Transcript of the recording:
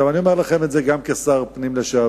אני אומר לכם את זה גם כשר הפנים לשעבר,